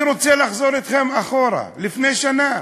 אני רוצה לחזור אתכם אחורה, לפני שנה.